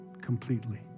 completely